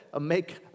make